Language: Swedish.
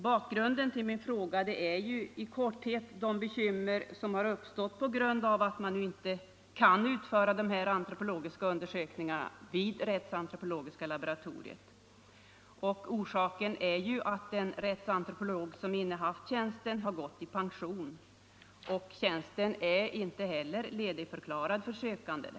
Bakgrunden till min fråga är i korthet de bekymmer som har uppstått på grund av att man nu inte kan utföra dessa antropologiska undersökningar vid rättsantropologiska laboratoriet. Orsaken sägs vara att den rättsantropolog som har innehaft tjänsten har gått i pension. Tjänsten lär inte heller vara ledigförklarad för sökande.